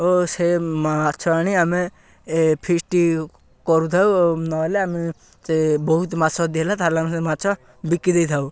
ଓ ସେ ମାଛ ଆଣି ଆମେ ଏ ଫିଷ୍ଟ କରୁଥାଉ ଓ ନହେଲେ ଆମେ ସେ ବହୁତ ମାଛ ଯଦି ହେଲେ ତାହେଲେ ଆମେ ସେ ମାଛ ବିକି ଦେଇଥାଉ